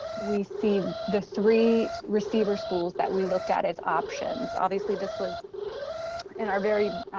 we see the three receiver schools that we looked at as options. obviously this was in our very,